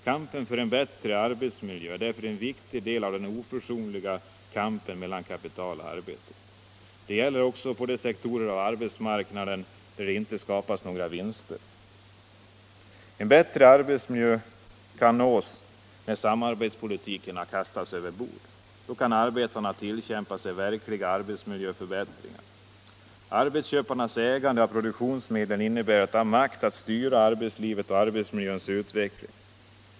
Kampen för en bättre arbetsmiljö är därför en viktig del av den oförsonliga kampen mellan kapital ÅArbetsmiljöfrågor och arbete. Det gäller också på de sektorer på arbetsmarknaden där det inte skapas några vinster. En bättre arbetsmiljö kan nås när samarbetspolitiken kastas över bord. Då kan arbetarna tillkämpa sig verkliga arbetsmiljöförbättringar. Arbetsköparnas ägande av produktionsmedlen innebär att de har makt att styra arbetslivets och arbetsmiljöns utveckling.